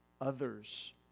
others